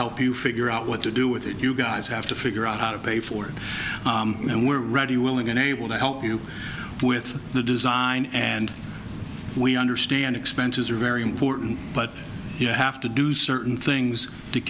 help you figure out what to do with it you guys have to figure out how to pay for it and we're ready willing and able to help you with the design and we understand expenses are very important but you have to do certain things t